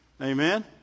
Amen